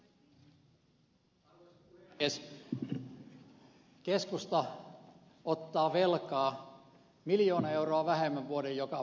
keskusta ottaa velkaa miljoona euroa vähemmän vuoden jokaisena päivänä